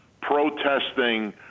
protesting